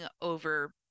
over